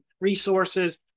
resources